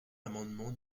l’amendement